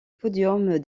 podiums